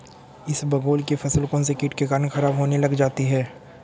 इसबगोल की फसल कौनसे कीट के कारण खराब होने लग जाती है?